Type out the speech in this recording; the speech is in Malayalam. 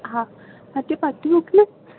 ആ മറ്റെ പറ്റ് ബുക്ക്